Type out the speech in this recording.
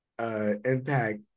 Impact